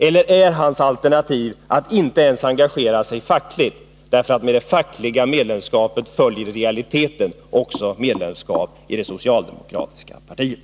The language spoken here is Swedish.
Eller är Onsdagen den deras alternativ att inte ens engagera sig fackligt, därför att med det fackliga — 18 november 1981 medlemskapet också följer medlemskap i det socialdemokratiska partiet?